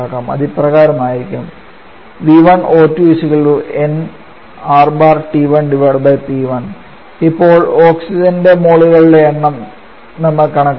അതിപ്രകാരം ആയിരിക്കും ഇപ്പോൾ ഓക്സിജൻ റെ മോളു കളുടെ എണ്ണം നമ്മൾ കണക്കാക്കി